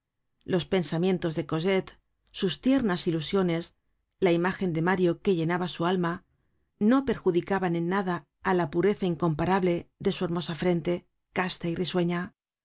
los pensamientos de cosette sus tiernas ilusiones la imágen de mario que llenaba su alma no perjudicaban en nada á la pureza incomparable de su hermosa frente casta y risueña